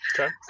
Okay